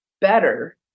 better